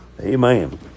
Amen